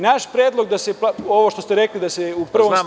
Naš predlog da se ovo što ste rekli, da se u prvom stavu…